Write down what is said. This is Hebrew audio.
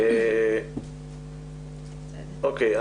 אוקיי.